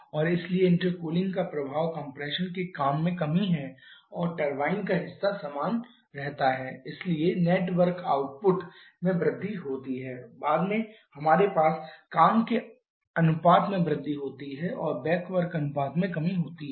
और इसलिए इंटरकूलिंग का प्रभाव कम्प्रेशन के काम में कमी है और टरबाइन का हिस्सा समान रहता है इसलिए नेट वर्क आउटपुट में वृद्धि होती है बाद में हमारे पास काम के अनुपात में वृद्धि होती है और बैक वर्क अनुपात में कमी होती है